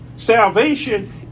salvation